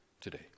today